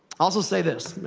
also say this.